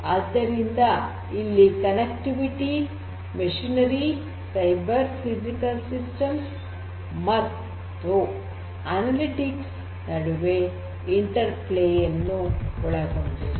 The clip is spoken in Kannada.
ಆದ್ದರಿಂದ ಇಲ್ಲಿ ಸಂಪರ್ಕ ಯಂತ್ರೋಪಕರಣಗಳು ಸೈಬರ್ ಫಿಸಿಕಲ್ ಸಿಸ್ಟಮ್ಸ್ ಮತ್ತು ಅನಲಿಟಿಕ್ಸ್ ನಡುವೆ ಇಂಟೆರ್ ಪ್ಲೇ ಯನ್ನು ಒಳಗೊಂಡಿದೆ